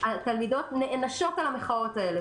התלמידות נענשות על המחאות האלה,